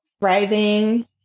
thriving